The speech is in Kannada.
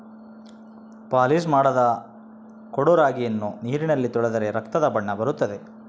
ಪಾಲಿಶ್ ಮಾಡದ ಕೊಡೊ ರಾಗಿಯನ್ನು ನೀರಿನಲ್ಲಿ ತೊಳೆದರೆ ರಕ್ತದ ಬಣ್ಣ ಬರುತ್ತದೆ